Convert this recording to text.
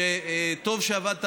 שטוב שעבדת,